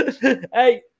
Hey